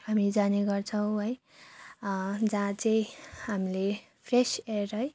हामी जाने गर्छौँ है जहाँ चाहिँ हामीले फ्रेस एयर है